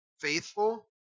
Faithful